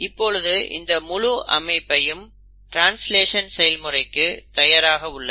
இப்பொழுது இந்த முழு அமைப்பும் ட்ரான்ஸ்லேஷன் செயல்முறைக்கு தயாராக உள்ளது